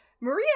Maria